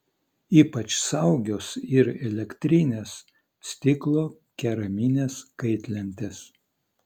ypač saugios ir elektrinės stiklo keraminės kaitlentės